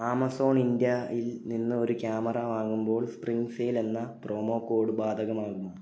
Amazon ഇൻഡ്യായിൽനിന്ന് ഒരു camera വാങ്ങുമ്പോൾ സ്പ്രിങ്ങ് സെയില് എന്ന പ്രൊമോകോഡ് ബാധകമാകുമോ